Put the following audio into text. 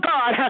God